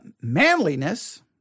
manliness